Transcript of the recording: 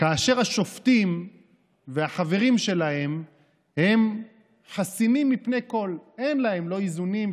כאשר השופטים והחברים שלהם הם חסינים מפני כול אין להם לא איזונים,